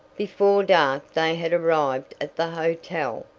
before dark they had arrived at the hotel,